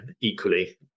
equally